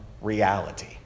reality